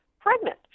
pregnant